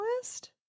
list